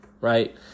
right